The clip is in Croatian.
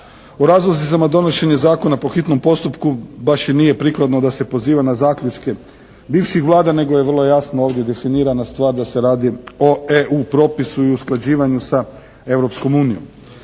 O razlozima donošenja zakona po hitnom postupku baš i nije prikladno da se poziva na zaključke bivših Vlada, nego je vrlo jasno ovdje definirana stvar da se radi o EU propisu i usklađivanju sa